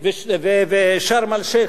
ו"שארם-א-שיח',